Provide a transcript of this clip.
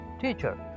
Teacher